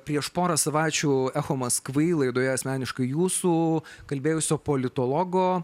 prieš porą savaičių echo maskvy laidoje asmeniškai jūsų kalbėjusio politologo